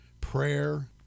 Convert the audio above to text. prayer